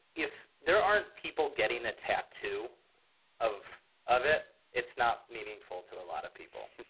if there are people getting the tattoo of of it it's not meaningful to a lot of people,